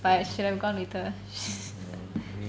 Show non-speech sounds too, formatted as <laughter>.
but I should have gone with her <laughs>